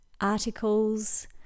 articles